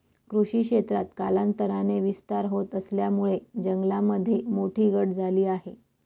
कृषी क्षेत्रात कालांतराने विस्तार होत असल्यामुळे जंगलामध्ये मोठी घट झाली आहे